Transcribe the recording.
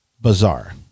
bizarre